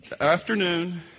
afternoon